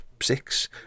six